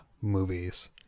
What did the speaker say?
movies